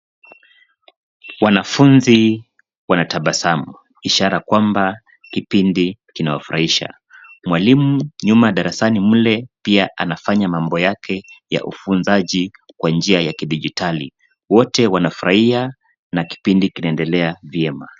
Wanafunzi wanatabasamu, ishara kwamba kipindi kinawafurahisha. Mwalimu nyuma ya darasani mle, pia anafanya mambo yake ya ufunzaji kwa njia ya kidijitali. Wote wanafurahia na kipindi kinaendelea vyema.